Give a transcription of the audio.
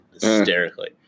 hysterically